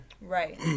Right